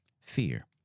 Fear